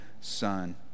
son